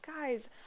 guys